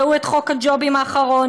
ראו את חוק הג'ובים האחרון,